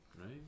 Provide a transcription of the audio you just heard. right